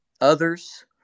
others